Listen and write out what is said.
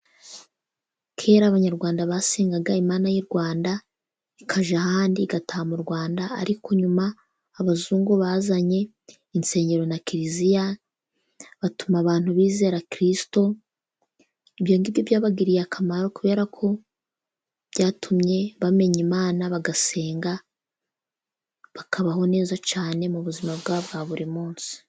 Kera Abanyarwanda basengaga Imana y'i Rwanda ikajya ahandi igataha mu Rwanda. Ariko nyuma abazungu bazanye insengero na kiliziya, batuma abantu bizera kiristo. Ibyo ngibyo byabagiriye akamaro kubera ko byatumye bamenya Imana bagasenga, bakabaho neza cyane mu buzima bwabo bwa buri munsi.